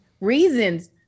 reasons